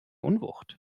unwucht